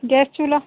gas चूल्हा